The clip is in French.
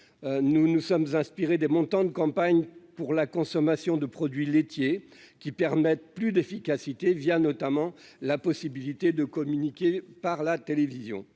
nous nous sommes inspirés des montants de campagne pour la consommation de produits laitiers qui permettent plus d'efficacité, via notamment la possibilité de communiquer par la télévision